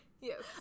yes